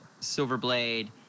Silverblade